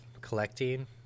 collecting